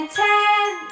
ten